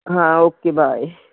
ਹਾਂ okay bye